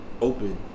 open